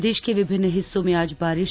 प्रदे ा के विभिन्न हिस्सों में आज बारि